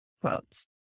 Quotes